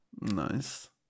Nice